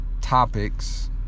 topics